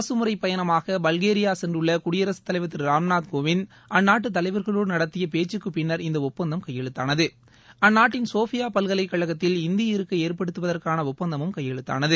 அரசுமுறை பயணமாக பல்கேரியா சென்றுள்ள குடியரசுத்தலைவர் திரு ராம்நாத்கோவிந்த் அந்நாட்டுத்தலைவர்களோடு நடத்திய பேச்சுக்கு பின்னர் இந்த ஒப்பந்தம் கையெழுத்தானது அந்நாட்டின் சோபியா பல்கலைக்கழகத்தில் ஹிந்தி இருக்கை ஏற்படுத்துவதற்கான ஒப்பந்தமும் கையெழுத்தானது